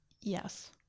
Yes